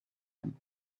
him